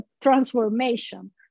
transformation